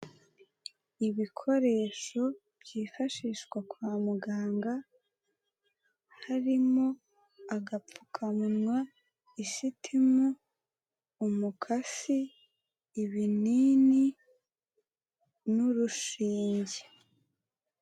Ibikoresho byifashishwa kwa muganga, harimo agapfukamunwa, isitimu, umukasi, ibinini, n'urushinge.